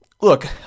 Look